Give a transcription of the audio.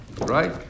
right